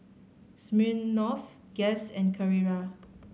Smirnoff Guess and Carrera